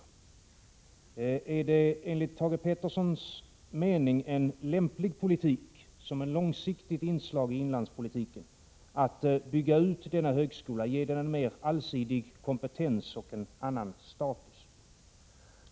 Är det enligt Thage G. Petersons mening en lämplig politik såsom ett långsiktigt inslag i inlandspolitiken att bygga ut denna högskola och ge den en mera allsidig kompetens och en annan status?